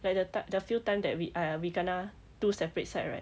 like the type the few time that we !aiya! we kena two separate side right